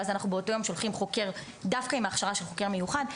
ואז באותו יום אנחנו שולחים חוקר דווקא עם הכשרה של חוקר מיוחד.